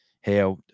hey